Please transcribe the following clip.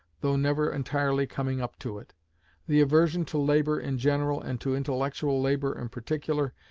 though never entirely coming up to it the aversion to labour in general, and to intellectual labour in particular,